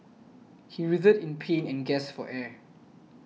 he writhed in pain and gasped for air